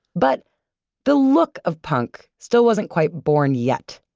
but the look of punk still wasn't quite born yet.